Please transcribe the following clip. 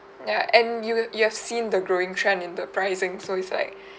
ya and you you have seen the growing trend in the pricing so it's like